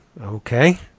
Okay